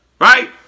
right